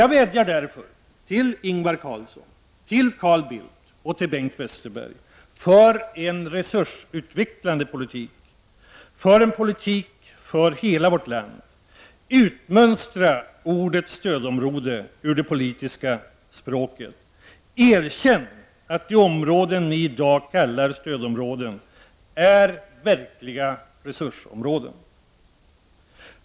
Jag vädjar därför till Ingvar Carlsson, Carl Bildt och Bengt Westerberg: För en resursutvecklande politik, för en politik för hela vårt land och utmönstra ordet stödområde ur det politiska språket. Erkänn att de områden som ni i dag kallar stödområden är verkliga resursområden.